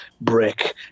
Brick